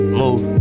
move